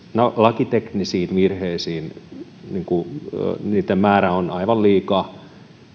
lakiteknisiä virheitä määrällisesti on aivan liikaa